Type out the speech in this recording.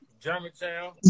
Germantown